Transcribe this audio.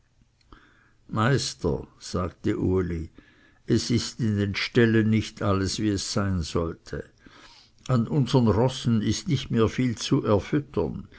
meister sagte uli es ist in den ställen nicht alles wie es sein sollte an unsern rossen ist nicht mehr viel zu